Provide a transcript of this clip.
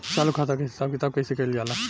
चालू खाता के हिसाब किताब कइसे कइल जाला?